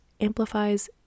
amplifies